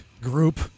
group